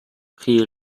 priez